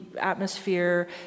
atmosphere